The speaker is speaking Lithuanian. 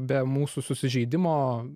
be mūsų susižeidimo